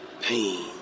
Pain